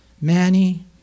Manny